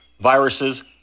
viruses